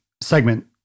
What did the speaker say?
segment